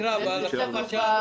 מה שנקרא הפוך על הפוך.